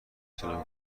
تونم